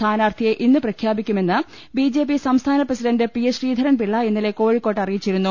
സ്ഥാനാർത്ഥിയെ ഇന്ന് പ്രഖ്യാപിക്കുമെന്ന് ബിജെപി സംസ്ഥാന പ്രസിഡണ്ട് പി എസ് ശ്രീധരൻപിള്ള ഇന്നലെ കോഴിക്കോട്ട് അറിയിച്ചിരുന്നു